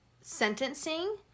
sentencing